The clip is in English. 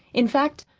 in fact,